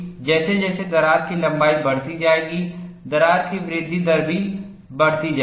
जैसे जैसे दरार की लंबाई बढ़ती जाएगी दरार की वृद्धि दर भी बढ़ती जाएगी